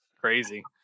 crazy